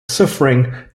suffering